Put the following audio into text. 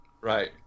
Right